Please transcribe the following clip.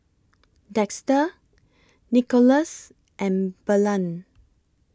Dexter Nicholaus and Belen